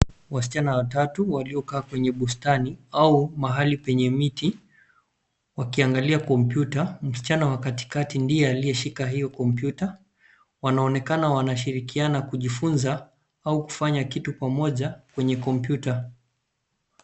Wasichana watatu waliokaa kwenye bustani au mahali penye miti wakiangalia kompyuta .Msichana wa katikati ndiye aliyeshika hiyo kompyuta. Wanaonekana wanashirikiana kujifunza au kufanya kitu pamoja kwenye kompyuta.